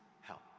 help